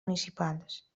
municipals